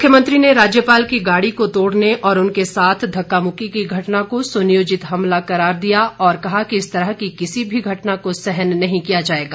मुख्यमंत्री ने राज्यपाल की गाड़ी को तोड़ने और उनके साथ धक्का मुक्की की घटना को सुनियोजित हमला करार दिया और कहा कि इस तरह की किसी भी घटना को सहन नहीं किया जाएगा